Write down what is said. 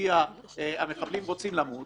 לפיה המחבלים רוצים למות.